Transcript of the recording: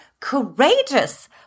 courageous